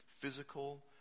physical